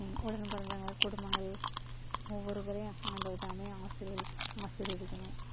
இங் உலகம் பூரா குடும்பங்கள் ஒவ்வொருவரையும் ஆண்டவர் தாமே ஆசீர்வதி ஆசீர்வதிக்கணும்